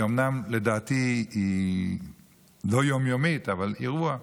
אומנם לדעתי היא לא יום-יומית, אבל אירוע.